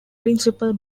principal